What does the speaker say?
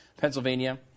Pennsylvania